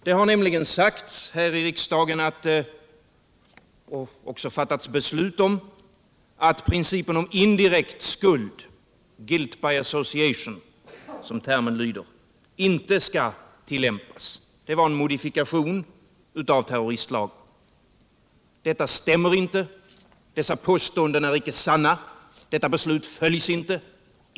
Det har nämligen sagts här i riksdagen, och även fattats beslut härom, att principen om indirekt skuld — guilt by association, som termen lyder — inte skall tillämpas. Det var en modifikation av terroristlagen. Men detta stämmer inte. Dessa påståenden är icke sanna. Detta beslut följs inte.